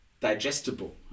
digestible